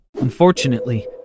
Unfortunately